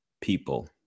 people